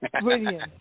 Brilliant